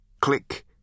Click